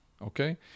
Okay